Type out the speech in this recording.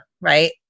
Right